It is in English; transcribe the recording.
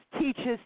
teaches